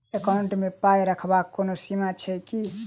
Account मे पाई रखबाक कोनो सीमा छैक की?